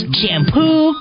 Shampoo